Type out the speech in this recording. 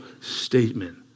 statement